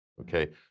Okay